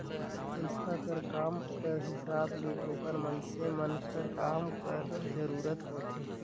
संस्था कर काम कर हिसाब ले ओकर मइनसे मन कर काम कर जरूरत होथे